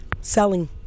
Selling